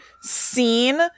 scene